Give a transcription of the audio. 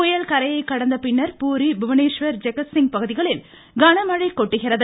புயல் கரையை கடந்த பின்னர் பூரி புவனேஸ்வர் ஜெகத்சிங் பகுதிகளில் கன மழை கொட்டுகிறது